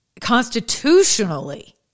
constitutionally